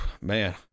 man